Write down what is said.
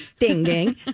Ding-ding